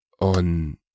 on